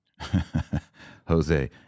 Jose